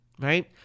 right